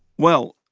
well,